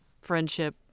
friendship